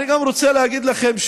אני גם רוצה להגיד לכם,